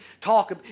talk